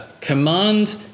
command